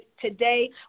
today